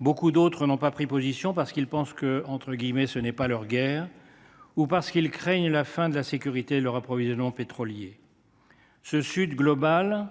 Beaucoup d’autres n’ont pas pris position, parce qu’ils pensent que cette guerre n’est pas la leur, ou parce qu’ils craignent la fin de la sécurité de leur approvisionnement pétrolier. Ce Sud global